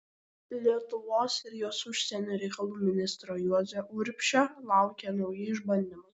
lietuvos ir jos užsienio reikalų ministro juozo urbšio laukė nauji išbandymai